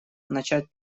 начать